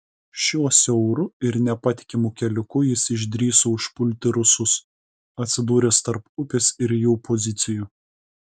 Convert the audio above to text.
šiuo siauru ir nepatikimu keliuku jis išdrįso užpulti rusus atsidūręs tarp upės ir jų pozicijų